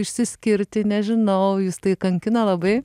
išsiskirti nežinau jus tai kankina labai